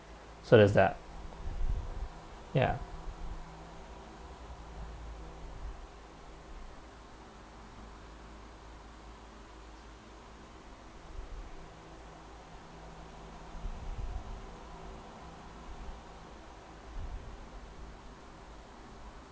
so does that ya